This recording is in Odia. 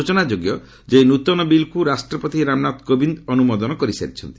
ସୂଚନା ଯୋଗ୍ୟ ଏହି ନୃତନ ବିଲକୁ ରାଷ୍ଟ୍ରପତି ରାମନାଥ କୋବିନ୍ଦ ଅନୁମୋଦନ କରିସାରିଛନ୍ତି